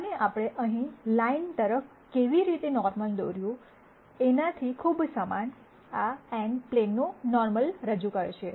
અને આપણે અહીં લાઈન તરફ કેવી રીતે નોર્મલ દોર્યું તેનાથી ખૂબ સમાન આ n પ્લેનનું નોર્મલ રજૂ કરશે